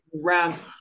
rounds